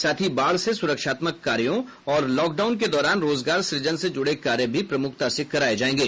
साथ ही बाढ़ से सुरक्षात्मक कार्यो और लॉक डाउन के दौरान रोजगार सुजन से जुड़े कार्य भी प्रमुखता से कराये जायेंगे